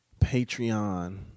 Patreon